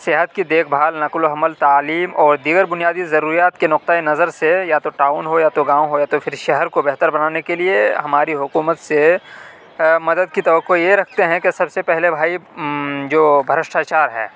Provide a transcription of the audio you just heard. صحت کی دیکھ بھال نقل و حمل تعلیم اور دیگر بنیادی ضروریات کے نقطہ نظر سے یا تو ٹاؤن ہو یا تو گاؤں ہو یا تو پھر شہر کو بہتر بنانے کے لیے ہماری حکومت سے مدد کی توقع یہ رکھتے ہیں کہ سب سے پہلے بھائی جو بھرشٹاچار ہے